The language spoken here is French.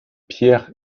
pierre